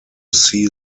see